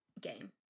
game